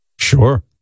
sure